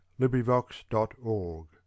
LibriVox.org